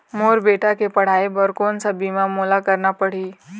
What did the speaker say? मोर बेटा के पढ़ई बर कोन सा बीमा मोला करना पढ़ही?